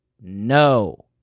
no